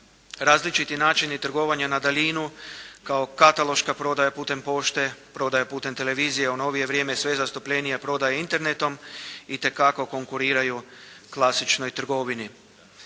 različiti načini trgovanja na daljinu kao kataloška prodaja putem pošte, prodaja putem televizije, u novije vrijeme sve je zastupljenija prodaja internetom, itekako konkuriraju klasičnoj trgovini.